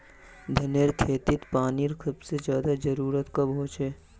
धानेर खेतीत पानीर सबसे ज्यादा जरुरी कब होचे?